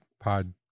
pod